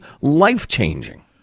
life-changing